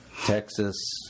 Texas